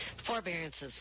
Forbearances